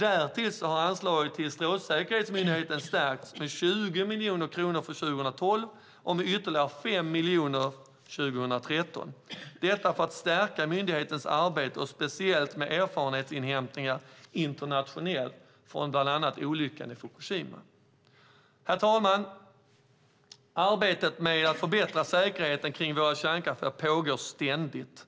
Därtill har anslaget till Strålsäkerhetsmyndigheten stärkts med 20 miljoner kronor för 2012 och med ytterligare 5 miljoner 2013 för att stärka myndighetens arbete speciellt med erfarenhetsinhämtningar internationellt från bland annat olyckan i Fukushima. Herr talman! Arbetet med att förbättra säkerheten kring våra kärnkraftverk pågår ständigt,